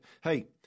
hey